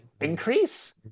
increase